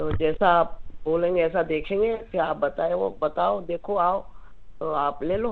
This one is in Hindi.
तो जैसा आप बोलेंगे वैसा देखेंगे क्या आप बताए वो बताओ देखो आओ तो आप ले लो